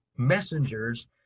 Messengers